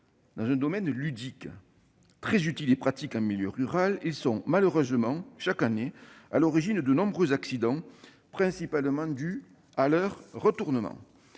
de manière ludique. Très utiles et pratiques en milieu rural, ils sont malheureusement, chaque année, à l'origine de nombreux accidents, principalement dus à leur retournement.